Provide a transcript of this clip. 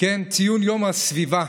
ציון יום הסביבה,